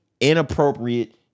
inappropriate